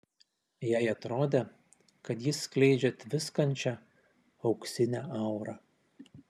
jai atrodė kad jis skleidžia tviskančią auksinę aurą